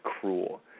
cruel